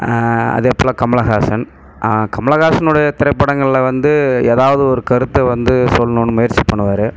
அதேபோல கமலஹாசன் கமலஹாசனுடைய திரைப்படங்களில் வந்து ஏதாவது ஒரு கருத்தை வந்து சொல்லணுன்னு முயற்சி பண்ணுவார்